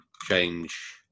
change